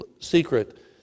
secret